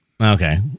Okay